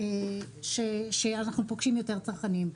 שאנחנו פוגשים יותר צרכנים.